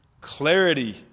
clarity